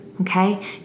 okay